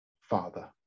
father